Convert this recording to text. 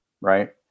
right